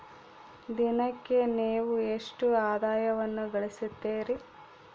ದಿನಕ್ಕೆ ನೇವು ಎಷ್ಟು ಆದಾಯವನ್ನು ಗಳಿಸುತ್ತೇರಿ?